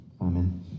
Amen